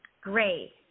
Great